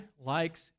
likes